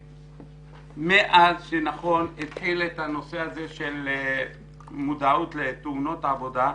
מאז שהתחיל הנושא של מודעות לתאונות עבודה,